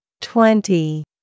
twenty